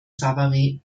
savary